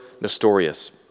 Nestorius